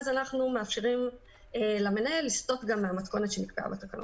אז אנחנו מאפשרים למנהל לסטות גם מהמתכונת שנקבעה בתקנות.